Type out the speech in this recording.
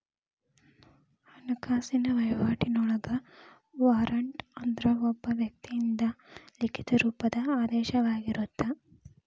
ಹಣಕಾಸಿನ ವಹಿವಾಟಿನೊಳಗ ವಾರಂಟ್ ಅಂದ್ರ ಒಬ್ಬ ವ್ಯಕ್ತಿಯಿಂದ ಲಿಖಿತ ರೂಪದ ಆದೇಶವಾಗಿರತ್ತ